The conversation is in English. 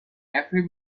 every